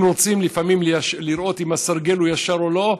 אם רוצים לפעמים לראות אם הסרגל הוא ישר או לא,